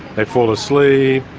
they fall asleep,